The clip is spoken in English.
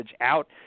out